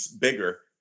bigger